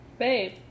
Babe